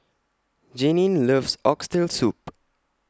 Jeanine loves Oxtail Soup